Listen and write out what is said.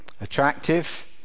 attractive